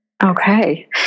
Okay